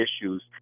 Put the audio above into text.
issues